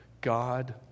God